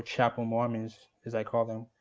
chapel mormons, as i call them,